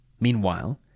Meanwhile